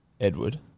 Edward